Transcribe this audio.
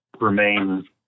remain